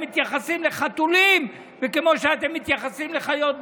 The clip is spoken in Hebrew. מתייחסים לחתולים וכמו שאתם מתייחסים לחיות בר.